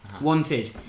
Wanted